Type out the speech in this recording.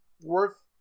worth